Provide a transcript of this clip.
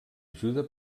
ajuda